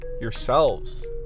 yourselves